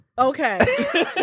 Okay